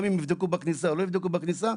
גם אם יבדקו בכניסה או לא יבדקו בכניסה,